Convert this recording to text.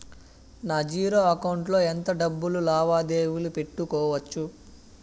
నా zero account లో ఎంత డబ్బులు లావాదేవీలు పెట్టుకోవచ్చు?